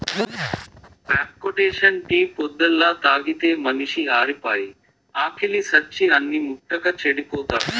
tea పొద్దల్లా తాగితే మనిషి ఆరిపాయి, ఆకిలి సచ్చి అన్నిం ముట్టక చెడిపోతాడు